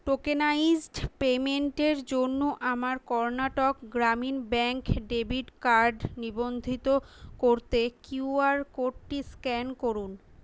tokenised পেমেন্টের জন্য আমার Karnataka Gramin bank debit card নিবন্ধিত করতে কিউআর কোডটি স্ক্যান করুন